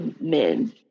men